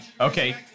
okay